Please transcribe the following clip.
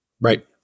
Right